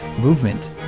movement